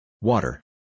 Water